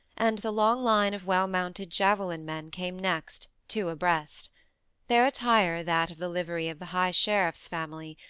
and the long line of well-mounted javelin men came next, two abreast their attire that of the livery of the high sheriff's family,